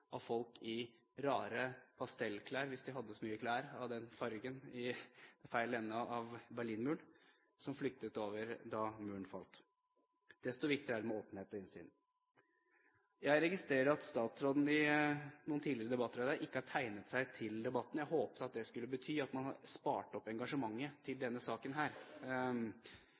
av folk i rare klær i pastellfarger – hvis de da hadde så mye klær i den fargen på feil side av Berlin-muren – som flyktet over da Muren falt. Desto viktigere er det med åpenhet og innsyn. Jeg registrerer at statsråden i noen tidligere debatter i dag ikke har tegnet seg i debattene. Jeg håpet at det skulle bety at man hadde spart opp engasjementet til denne saken.